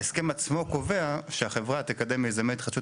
ההסכם עצמו קובע שהחברה תקדם מיזמי התחדשות